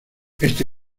este